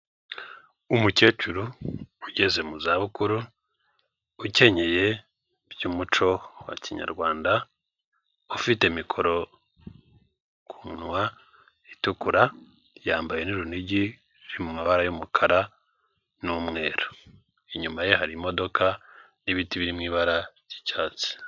Umukecuru ugeze mu zabukuru, ukenyeye by'umuco wa kinyarwanda, ufite mikoro ku munwa itukura, yambaye n'urunigiri ruri mu mabara y'umukara n'umweru, inyuma ye hari imodoka n'ibiti biri mu ibara ry'icyatsi.